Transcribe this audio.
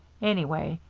anyway,